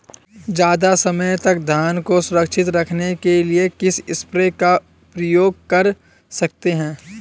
ज़्यादा समय तक धान को सुरक्षित रखने के लिए किस स्प्रे का प्रयोग कर सकते हैं?